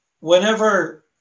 whenever